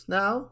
now